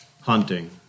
hunting